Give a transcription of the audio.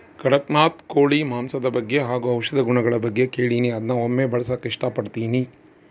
ಕಡಖ್ನಾಥ್ ಕೋಳಿ ಮಾಂಸದ ಬಗ್ಗೆ ಹಾಗು ಔಷಧಿ ಗುಣಗಳ ಬಗ್ಗೆ ಕೇಳಿನಿ ಅದ್ನ ಒಮ್ಮೆ ಬಳಸಕ ಇಷ್ಟಪಡ್ತಿನಿ